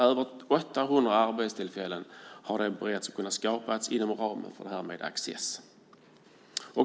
Över 800 arbetstillfällen har beretts och kunnat skapas inom ramen för Access.